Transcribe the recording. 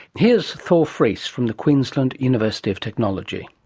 here's thor friis from the queensland university of technology.